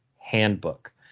Handbook